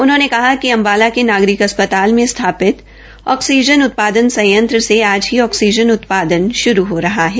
उन्होंने कहा कि अम्बाला के नागरिक अस्पताल में स्थापित ऑक्सीजन संयंत्र से आज ही ऑक्सीजन उत्पादन श्रू हो रहा है